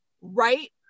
right